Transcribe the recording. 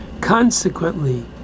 Consequently